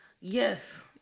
yes